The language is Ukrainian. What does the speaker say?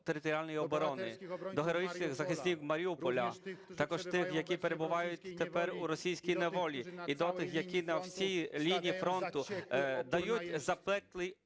територіальної оборони, до героїчних захисників Маріуполя, також тих, які перебувають тепер у російській неволі, і до тих, які на всій лінії фронту дають запеклий